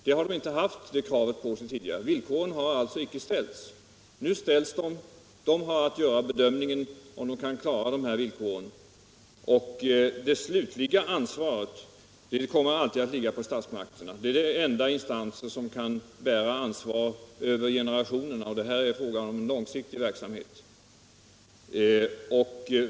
De har inte haft det kravet på sig tidigare; villkoren har alltså icke ställts — nu ställs de. Kraftföretagen har att göra bedömningen om de kan uppfylla dessa villkor. Det slutliga ansvaret kommer alltid att ligga på statsmakterna, som är den enda instans som kan bära ansvar över generationer, och det här är fråga om långsiktig verksamhet.